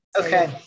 Okay